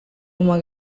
uma